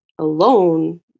alone